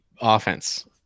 offense